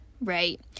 right